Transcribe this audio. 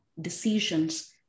decisions